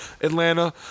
Atlanta